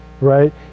Right